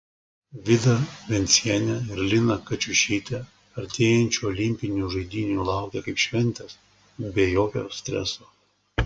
vida vencienė ir lina kačiušytė artėjančių olimpinių žaidynių laukia kaip šventės be jokio streso